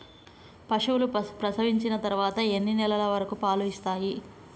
పశువులు ప్రసవించిన తర్వాత ఎన్ని నెలల వరకు పాలు ఇస్తాయి?